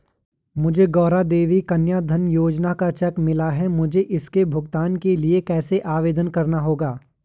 मुझे गौरा देवी कन्या धन योजना का चेक मिला है मुझे इसके भुगतान के लिए कैसे आवेदन करना होगा?